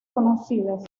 conocidas